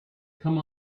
come